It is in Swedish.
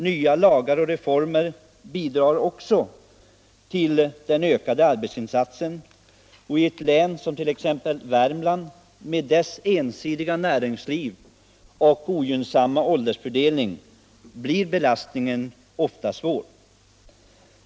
Nya lagar och reformer bidrar också till den ökade arbetsinsatsen, och i ett län som Värmlands län med dess ensidiga näringsliv och ogynnsamma åldersfördelning blir belastningen ofta svår.